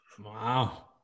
Wow